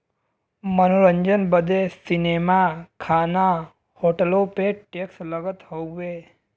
मनोरंजन बदे सीनेमा, खाना, होटलो पे टैक्स लगत हउए